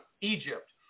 Egypt